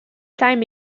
time